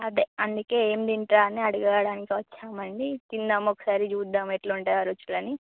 అదే అందుకే ఏమి తింటారా అని అడిగడానికి వచ్చాం అండి తిందాం ఒకసారి చూద్దాం ఎట్ల ఉంటుందో రుచులు అని